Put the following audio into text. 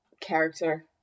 character